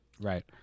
Right